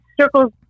circles